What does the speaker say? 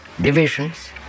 divisions